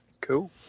Cool